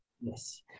Yes